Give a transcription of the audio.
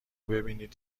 ببینید